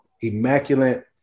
immaculate